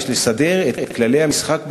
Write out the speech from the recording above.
יש לסדר את כללי המשחק בים,